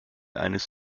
eines